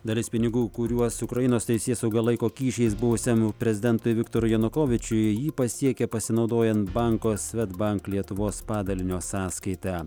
dalis pinigų kuriuos ukrainos teisėsauga laiko kyšiais buvusiam prezidentui viktorui janukovyčiui jį pasiekė pasinaudojant banko svedbank lietuvos padalinio sąskaita